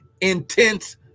intense